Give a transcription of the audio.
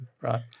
right